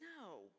no